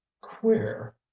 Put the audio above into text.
queer